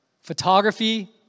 photography